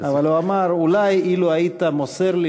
אבל הוא אמר: אולי אילו היית מוסר לי